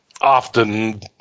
often